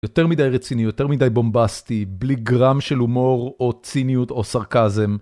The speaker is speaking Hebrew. יותר מדי רציני, יותר מדי בומבסטי, בלי גרם של הומור או ציניות או סרקזם.